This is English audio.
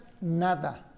nada